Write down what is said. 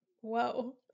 Whoa